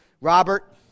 Robert